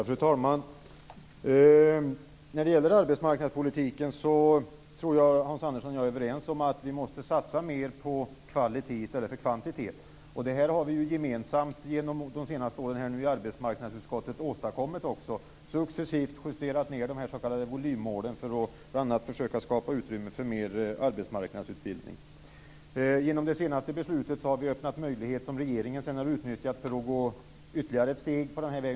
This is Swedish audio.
Fru talman! När det gäller arbetsmarknadspolitiken tror jag att Hans Andersson och jag är överens om att vi måste satsa mer på kvalitet i stället för kvantitet. Det har vi gemensamt under de senaste åren i arbetsmarknadsutskottet också åstadkommit. Vi har successivt justerat ned de s.k. volymmålen för att bl.a. försöka skapa utrymme för mer arbetsmarknadsutbildning. Genom det senaste beslutet har vi öppnat möjligheter som regeringen sedan har utnyttjat för att gå ytterligare ett steg på vägen.